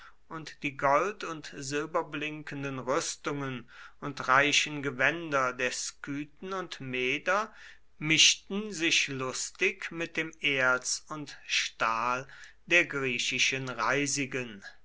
und die gold und silberblinkenden rüstungen und reichen gewänder der skythen und meder mischten sich lustig mit dem erz und stahl der griechischen reisigen